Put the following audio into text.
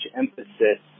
emphasis